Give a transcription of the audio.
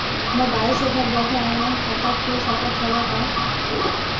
Mobile से घर बैठे ऑनलाइन खाता खुल सकत हव का?